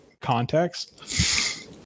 context